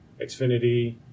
Xfinity